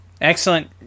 Excellent